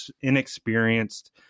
inexperienced